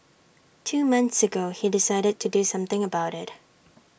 two months ago he decided to do something about IT